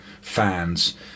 fans